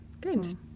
good